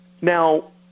now